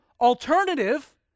alternative